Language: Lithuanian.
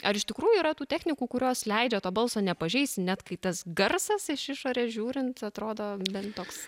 ar iš tikrųjų yra tų technikų kurios leidžia to balso nepažeisti net kai tas garsas iš išorės žiūrint atrodo bent toks